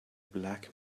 black